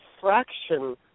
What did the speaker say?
fraction